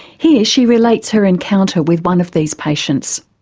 here she relates her encounter with one of these patients.